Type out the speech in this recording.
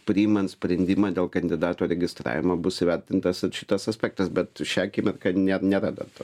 priimant sprendimą dėl kandidato registravimo bus įvertintas šitas aspektas bet šią akimirką nė nėra dar to